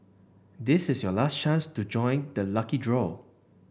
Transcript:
this is your last chance to join the lucky draw